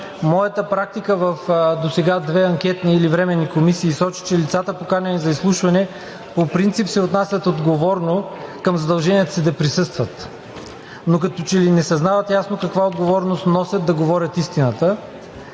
Моята практика досега в две анкетни или временни комисии сочи, че лицата, поканени за изслушване, по принцип се отнасят отговорно към задълженията си да присъстват, но като че ли не съзнават ясно каква отговорност носят да говорят истината.